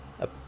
Up